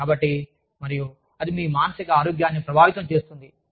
కాబట్టి మరియు అది మీ మానసిక ఆరోగ్యాన్ని ప్రభావితం చేస్తుంది